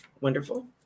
Wonderful